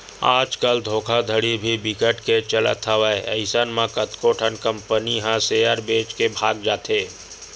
आज कल धोखाघड़ी घलो बिकट के चलत हवय अइसन म कतको ठन कंपनी ह सेयर बेच के भगा जाथे